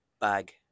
Bag